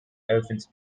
elephants